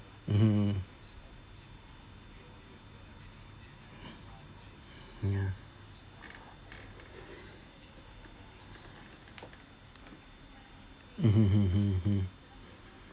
mm ya mmhmm hmm mm